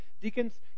Deacons